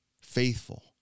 faithful